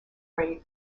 rate